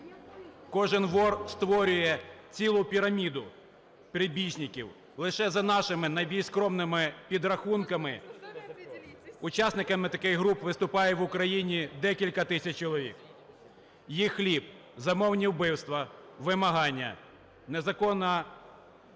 Кожен вор створює цілу піраміду прибічників. Лише за нашими найбільш скромними підрахунками учасниками таких груп виступають в Україні декілька тисяч чоловік. Їх хліб – замовні вбивства, вимагання, незаконний угон